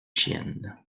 chiennes